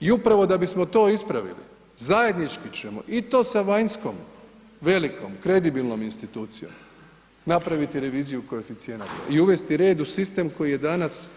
I upravo da bismo to ispravili, zajednički ćemo i to sa vanjskom velikom kredibilnom institucijom napraviti reviziju koeficijenata i uvesti red u sistem koji je danas